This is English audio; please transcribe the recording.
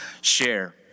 share